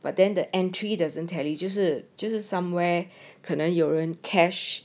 but then the entry doesn't tally 就是就是 somewhere 可能有人 cash